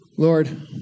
Lord